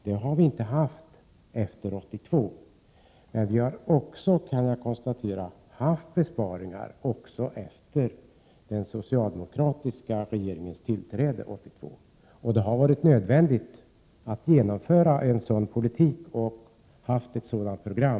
Jag kan konstatera att vi har haft besparingar också sedan den socialdemokratiska regeringen tillträdde 1982 — det har varit nödvändigt att genomföra en sådan politik och ha ett sådant program.